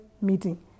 meeting